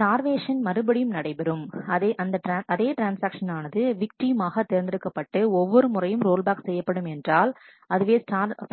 starvation மறுபடியும் நடைபெறும் அதே ட்ரான்ஸ்ஆக்ஷன் ஆனது விக்டீம் ஆக தேர்ந்தெடுக்கப்பட்டு ஒவ்வொரு முறையும் ரோல்பேக் செய்யப்படும் என்றால் அதுவே